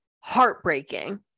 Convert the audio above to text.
heartbreaking